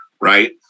right